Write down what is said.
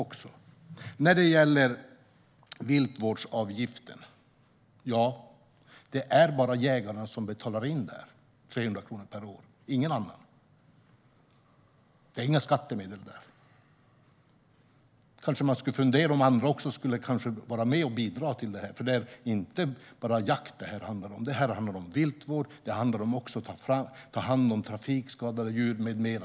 Det är bara jägarna och ingen annan som betalar in viltvårdsavgift - 300 kronor per år. Det är inte skattemedel. Man skulle kanske fundera över att vara med och bidra till detta, för det är inte bara jakt som det handlar om. Det här handlar viltvård, ta hand om trafikskadade djur med mera.